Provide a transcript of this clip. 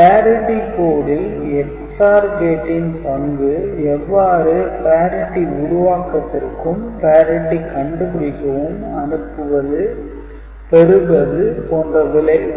parity code ல் EXOR கேட்டின் பங்கு எவ்வாறு parity உருவாக்கத்திற்கும் parity கண்டுபிடிக்கவும் அனுப்புவது பெறுவது போன்ற